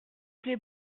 plaît